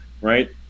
right